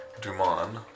Dumont